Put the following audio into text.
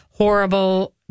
Horrible